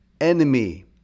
enemy